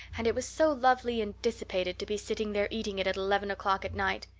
and it was so lovely and dissipated to be sitting there eating it at eleven o'clock at night.